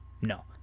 No